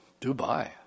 Dubai